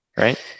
Right